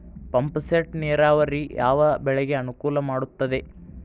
Pump set ನೇರಾವರಿ ಯಾವ್ ಬೆಳೆಗೆ ಅನುಕೂಲ ಮಾಡುತ್ತದೆ?